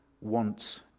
wants